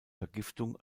vergiftung